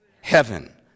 Heaven